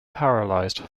paralyzed